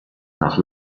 nach